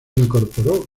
incorporó